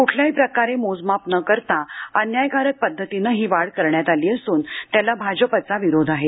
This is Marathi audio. क्ठल्याही प्रकारे मोजमाप न करता अन्यायकारक पद्धतीनं ही वाढ करण्यात आली असून त्याला भाजपचा विरोध आहे